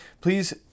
please